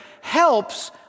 helps